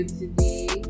today